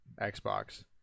Xbox